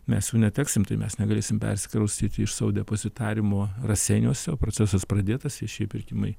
mes jų neteksim tai mes negalėsime persikraustyti iš savo depozitariumo raseiniuose procesas pradėtas viešieji pirkimai